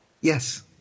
Yes